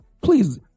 please